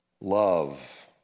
love